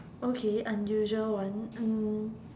okay unusual one um